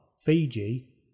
Fiji